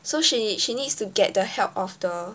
so she she needs to get the help of the